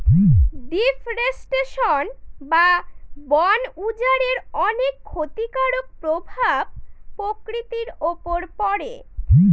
deforestation বা বন উজাড়ের অনেক ক্ষতিকারক প্রভাব প্রকৃতির উপর পড়ে